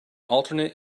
alternative